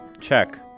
Check